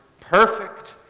perfect